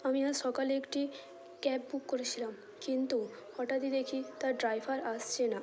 আমি আজ সকালে একটি ক্যাব বুক করেছিলাম কিন্তুহঠাৎই দেখি তার ড্রাইভার আসছে না